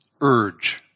urge